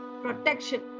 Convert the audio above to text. protection